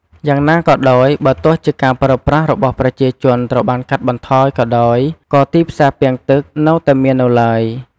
យ៉ាងណាក៏ដោយ បើទោះជាការប្រើប្រាស់របស់ប្រជាជនត្រូវបានកាត់បន្ថយក៏ដោយ ក៏ទីផ្សារពាងទឹកនៅតែមាននៅឡើយ។